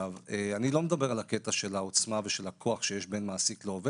אני לא מדבר על הקטע של העוצמה ושל הכוח שיש בין מעסיק לבין עובד,